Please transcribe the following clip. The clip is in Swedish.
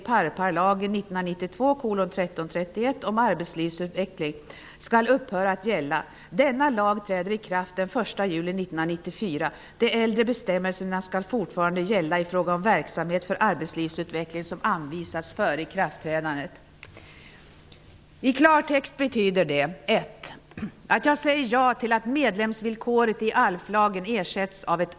Lagtexten låter kanske krånglig, men den är betydligt enklare än regeringens förslag. Men hänsyn till vad jag nu har sagt vill jag framställa mitt särskilda yrkande. Yrkandet innebär i klartext följande. 1. Att jag säger ja till att medlemsvillkoret i ALF 2.